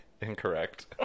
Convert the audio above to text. Incorrect